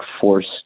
forced